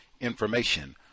information